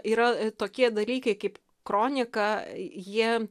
yra tokie dalykai kaip kronika jie